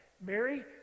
Mary